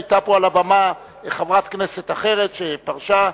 היתה פה על הבמה חברת כנסת אחרת שפרשה,